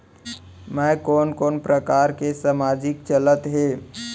मैं कोन कोन प्रकार के सामाजिक चलत हे?